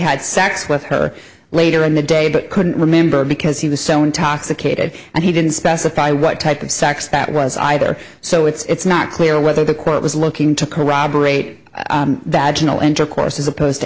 had sex with her later in the day but couldn't remember because he was so intoxicated and he didn't specify what type of sex that was either so it's not clear whether the quote was looking to corroborate that gentle intercourse as opposed to